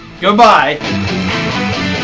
goodbye